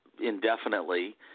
indefinitely